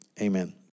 amen